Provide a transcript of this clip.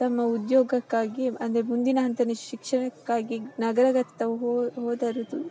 ತಮ್ಮ ಉದ್ಯೋಗಕ್ಕಾಗಿ ಅಂದರೆ ಮುಂದಿನಂತ ಶಿಕ್ಷಣಕ್ಕಾಗಿ ನಗರದತ್ತ ಹೋದರದು